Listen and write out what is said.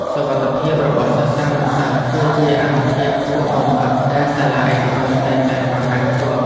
សុវត្ថិភាពរបស់សិស្សានុសិស្សគឺជាអាទិភាពខ្ពស់បំផុតដែលសាលាឯកជនតែងតែប្រកាន់ខ្ជាប់។